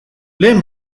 lehen